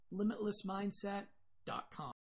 limitlessmindset.com